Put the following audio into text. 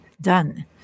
done